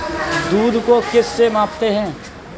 दूध को किस से मापते हैं?